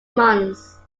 months